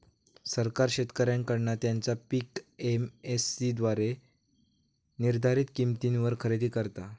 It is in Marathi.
सरकार शेतकऱ्यांकडना त्यांचा पीक एम.एस.सी द्वारे निर्धारीत किंमतीवर खरेदी करता